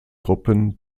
gruppen